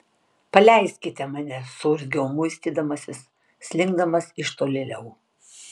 paleiskite mane suurzgiau muistydamasis slinkdamas iš tolėliau